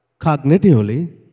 cognitively